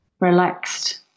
relaxed